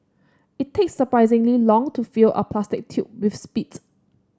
it takes surprisingly long to fill a plastic tube with spit